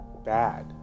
bad